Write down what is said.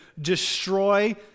destroy